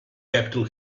capitol